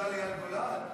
חבל שנכנסת לכנסת בכלל.